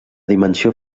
dimensió